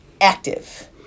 active